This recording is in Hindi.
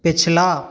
पिछला